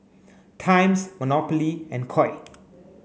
Times Monopoly and Koi